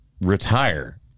retire